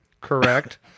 correct